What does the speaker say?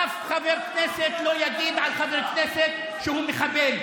אף חבר כנסת לא יגיד על חבר כנסת שהוא מחבל.